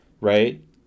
right